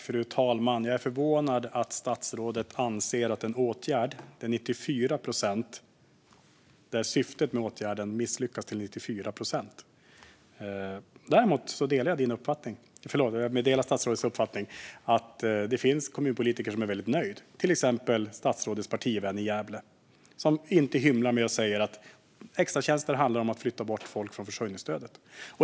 Fru talman! Jag är förvånad över statsrådets syn på en åtgärd vars syfte misslyckats till 94 procent. Jag delar däremot statsrådets uppfattning att det finns kommunpolitiker som är väldigt nöjda, till exempel statsrådets partivän i Gävle, som inte hymlar utan säger att extratjänster handlar om att flytta bort folk från försörjningsstödet.